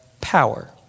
power